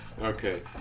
Okay